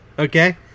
Okay